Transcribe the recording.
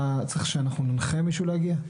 צריך שאנחנו ננחה מישהו להגיע?